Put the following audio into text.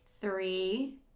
three